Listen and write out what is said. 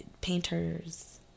painters